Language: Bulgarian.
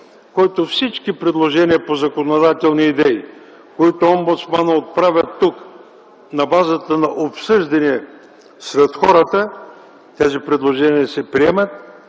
който всички предложения по законодателни идеи, които Омбудсманът отправя тук на базата на обсъждания сред хората, се приемат и те вземат